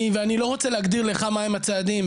ואני לא רוצה להגדיר לך מהם הצעדים,